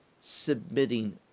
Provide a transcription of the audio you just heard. submitting